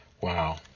Wow